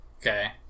Okay